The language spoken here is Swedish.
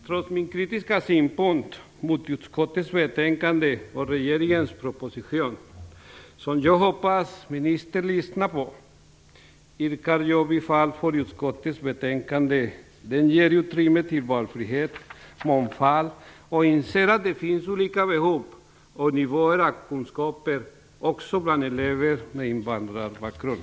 Trots min kritiska synpunkt på utskottets betänkande och regeringens proposition, som jag hoppas att ministern lyssnar på, yrkar jag bifall till utskottets hemställan. Den ger utrymme för valfrihet och mångfald, och innehåller insikt om att det finns olika behov och olika nivåer av kunskaper, också bland elever med invandrarbakgrund.